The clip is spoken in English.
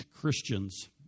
Christians